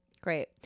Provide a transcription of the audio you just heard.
Great